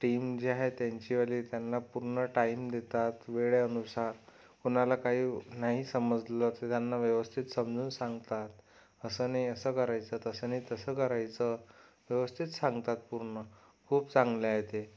team जे आहे त्यांचीवाली त्यांना पूर्ण टाईम देतात वेळेअनुसार कोणाला काही नाही समजलं तर त्यांना व्यवस्थित समजावून सांगतात असं नाही असं करायचं तसं नाही तसं करायचं व्यवस्थित सांगतात पूर्ण खूप चांगले आहे ते